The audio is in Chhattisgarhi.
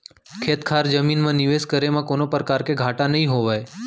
खेत खार जमीन म निवेस करे म कोनों परकार के घाटा नइ होवय